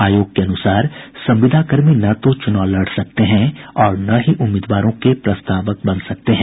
आयोग के अनुसार संविदा कर्मी न तो चुनाव लड़ सकते है और न ही उम्मीदवारों के प्रस्तावक बन सकते हैं